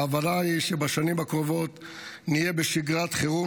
ההבנה היא שבשנים הקרובות נהיה בשגרת חירום,